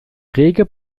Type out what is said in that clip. rege